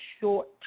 short